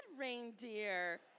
reindeer